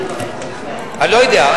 אני לא יודע,